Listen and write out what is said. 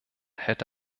hätte